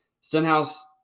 Stenhouse